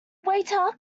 waiter